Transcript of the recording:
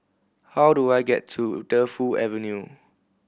how do I get to Defu Avenue